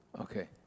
Okay